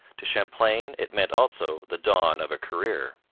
to champlain it meant also the dawn of a career.